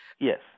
Yes